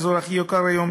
האזור הכי יקר היום